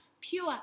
pure